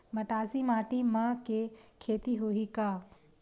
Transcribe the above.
मटासी माटी म के खेती होही का?